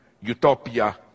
utopia